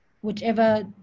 whichever